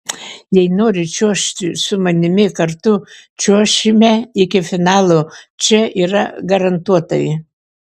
jei nori čiuožti su manimi kartu čiuošime iki finalo čia yra garantuotai